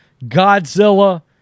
Godzilla-